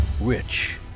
Rich